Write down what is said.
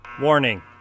Warning